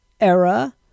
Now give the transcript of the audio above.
era